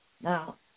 Now